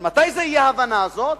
אבל מתי זה יהיה, ההבנה הזאת?